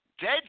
Dead